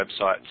websites